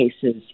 cases